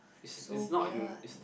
so weird